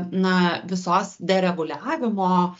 na visos dereguliavimo